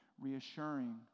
reassuring